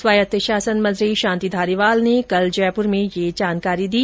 स्वायत्त शासन मंत्री शांति धारीवाल ने कल जयपुर में ये जानकारी दी